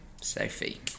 Sophie